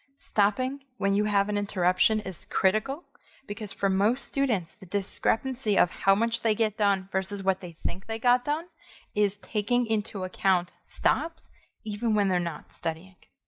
stopping when you have an interruption is critical because for most students, the discrepancy of how much they get done versus what they think they got done is taking into account stops even when they're not studying.